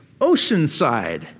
Oceanside